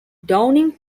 downing